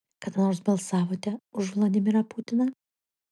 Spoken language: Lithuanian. kada nors balsavote už vladimirą putiną